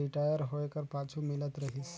retire होए कर पाछू मिलत रहिस